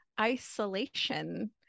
isolation